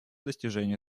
достижению